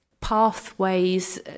pathways